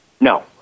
No